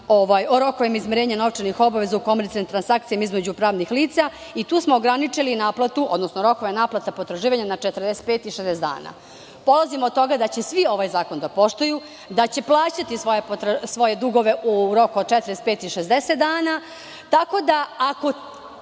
o rokovima izmirenja novčanih obaveza u komercijalnim transakcijama između pravnih lica i tu smo ograničili naplatu, odnosno rokove naplate potraživanja na 45 i 60 dana. Polazimo od toga da će svi ovaj zakon da poštuju, da će plaćati svoje dugove u roku od 45 i 60 dana, tako da ako